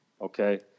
Okay